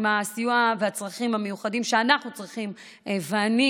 עם הסיוע והצרכים המיוחדים שאנחנו צריכים לדאוג להם,